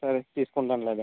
సరే తీసుకుంటానులే అదే